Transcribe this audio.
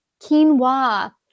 quinoa